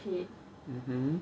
mmhmm